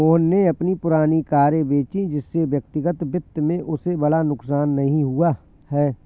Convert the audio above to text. मोहन ने अपनी पुरानी कारें बेची जिससे व्यक्तिगत वित्त में उसे बड़ा नुकसान नहीं हुआ है